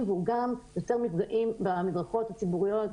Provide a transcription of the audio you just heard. והוא גם יוצר מפגעים במדרכות הציבוריות,